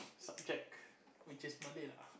subject which is Malay lah